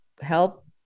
Help